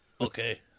Okay